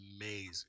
amazing